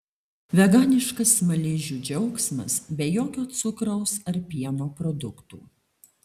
veganiškas smaližių džiaugsmas be jokio cukraus ar pieno produktų